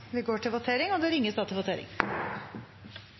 me går for, og det er